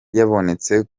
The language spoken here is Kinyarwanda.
yabonetse